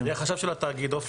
אני החשב של התאגיד.